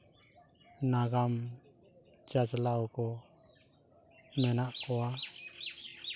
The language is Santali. ᱱᱟᱜᱟᱢ ᱪᱟᱪᱞᱟᱣ ᱠᱚ ᱢᱮᱱᱟᱜ ᱠᱚᱣᱟ